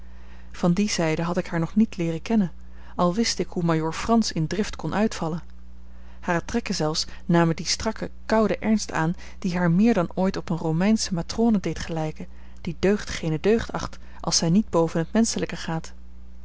van die zijde had ik haar nog niet leeren kennen al wist ik hoe majoor frans in drift kon uitvallen hare trekken zelfs namen dien strakken kouden ernst aan die haar meer dan ooit op eene romeinsche matrone deed gelijken die deugd geene deugd acht als zij niet boven het menschelijke gaat